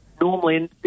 normally